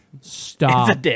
Stop